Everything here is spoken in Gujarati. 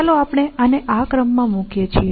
ચાલો આપણે આને આ ક્રમમાં મુકીએ છીએ